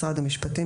משרד המשפטים,